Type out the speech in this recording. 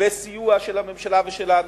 בסיוע של הממשלה ושלנו.